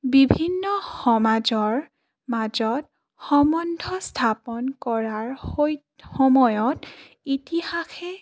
বিভিন্ন সমাজৰ মাজত সম্বন্ধ স্থাপন কৰাৰ সময়ত ইতিহাসে